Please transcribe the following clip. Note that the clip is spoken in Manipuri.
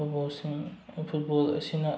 ꯐꯨꯠꯕꯣꯜꯁꯤꯡ ꯐꯨꯠꯕꯣꯜ ꯑꯁꯤꯅ